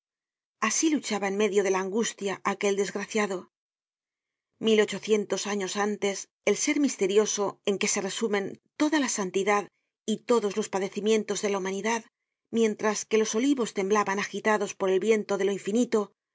asi luchaba en medio de la angustia aquel desgraciado mil ochocientos años antes el ser misterioso en que se resumen toda la santidad y todos los padecimientos de la humanidad mientras que los olivos temblaban agitados por el viento de lo infinito